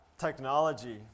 technology